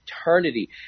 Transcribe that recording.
eternity